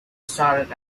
started